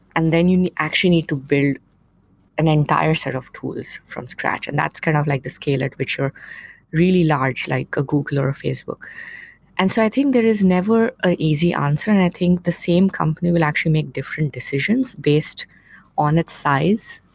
and then you actually need to build an entire set of tools from scratch. and that's kind of like the scale at which you're really large, like a google or a facebook and so i think there is never an easy answer, and i think the same company will actually make different decisions based on its size,